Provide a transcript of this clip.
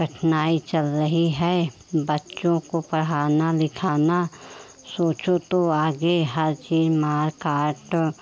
कठनाई चल रही है बच्चों को पढ़ाना लिखना सोचो तो आगे हर चीज़ मार काट